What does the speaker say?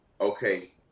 okay